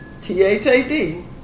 T-H-A-D